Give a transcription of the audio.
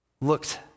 looked